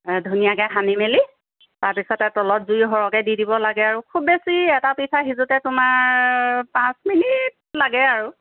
ধুনীয়াকৈ সানি মেলি তাৰপিছতে তলত জুই সৰহকৈ দি দিব লাগে আৰু খুব বেছি এটা পিঠা সিজোতে তোমাৰ পাঁচ মিনিট লাগে আৰু